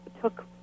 took